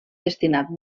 destinat